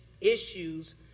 Issues